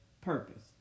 purpose